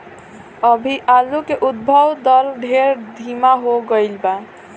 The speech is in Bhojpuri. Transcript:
अभी आलू के उद्भव दर ढेर धीमा हो गईल बा